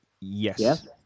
Yes